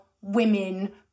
women